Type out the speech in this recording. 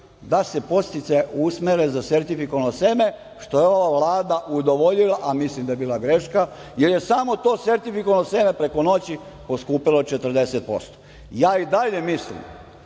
da se podsticaji usmere za sertifikovano seme, što je ova Vlada udovoljila, a mislim da je bila greška, jer je samo to sertifikovano seme preko noći poskupelo 40%Ja i dalje mislim